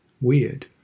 weird